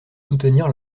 soutenir